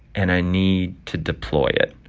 and i need to deploy it.